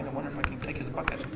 wonder if i can take his bucket.